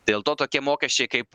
dėl to tokie mokesčiai kaip